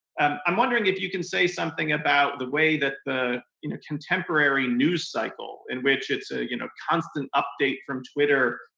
i'm wondering if you can say something about the way that the contemporary news cycle in which it's a you know constant update from twitter,